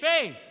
faith